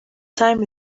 time